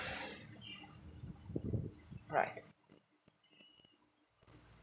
right